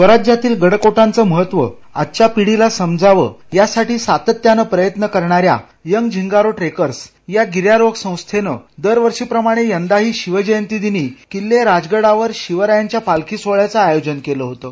स्वराज्यातील गडकोटांचं महत्व आजच्या पिढीला समजावं यासाठी सातत्यानं प्रयत्न करणाऱ्या यंग झिंगारो ट्रेकर्स या गिर्यारोहक संस्थेनं दरवर्षी प्रमाणे यंदाही शिवजयंतीदिनी किल्ले राजगडावर शिवरायांच्या पालखी सोहळ्याचं आयोजन केलं होतं